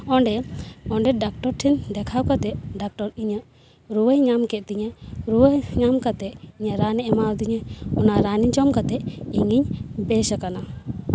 ᱚᱸᱰᱮ ᱚᱸᱰᱮ ᱰᱟᱠᱴᱚᱨ ᱴᱷᱮᱱ ᱫᱮᱠᱷᱟᱣ ᱠᱟᱛᱮᱫ ᱰᱟᱠᱴᱚᱨ ᱤᱧᱟᱹᱜ ᱨᱩᱣᱟᱹᱭ ᱧᱟᱢ ᱠᱮᱫ ᱛᱤᱧᱟᱹ ᱨᱩᱣᱟᱹ ᱧᱟᱢ ᱠᱟᱛᱮᱫ ᱤᱧᱮ ᱨᱟᱱᱮ ᱮᱢᱟᱫᱤᱧᱟᱹ ᱚᱱᱟ ᱨᱟᱱ ᱡᱚᱢ ᱠᱟᱛᱮᱫ ᱤᱧᱤᱧ ᱵᱮᱥ ᱟᱠᱟᱱᱟ